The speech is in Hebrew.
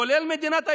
כולל מדינת היהודים.